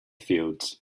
fields